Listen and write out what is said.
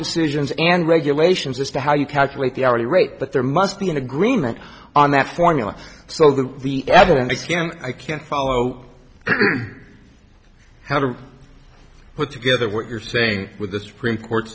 decisions and regulations as to how you calculate the hourly rate but there must be an agreement on that formula so that the evidence can i can follow how to put together what you're saying with the supreme court